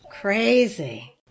Crazy